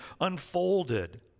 unfolded